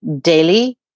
daily